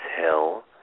hill